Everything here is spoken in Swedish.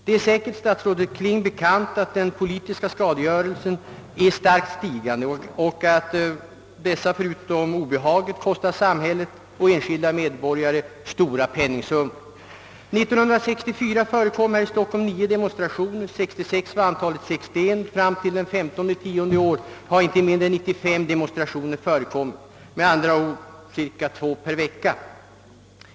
Det är säkerligen statsrådet Kling bekant att den politiska skadegörelsen är i starkt stigande och att nidingsdåden förutom allt obehag kostar samhället och enskilda medborgare stora penningsummor. År 1964 förekom här i Stockholm nio demonstrationer, 1966 steg antalet till 61, och fram till den 15 oktober i år förekom inte mindre än 95 demonstrationer, d.v.s. cirka två per vecka.